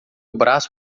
braço